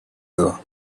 though